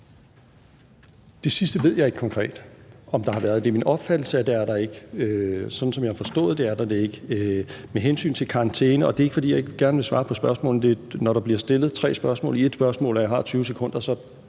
Det sidste ved jeg ikke konkret om der har været. Det er min opfattelse, at det har der ikke – sådan som jeg har forstået det, har der det ikke være tilfældet. Med hensyn til karantæne – og det er ikke, fordi jeg ikke gerne vil svare på spørgsmålet, men når der bliver stillet tre spørgsmål i ét spørgsmål og man har 20 sekunder, er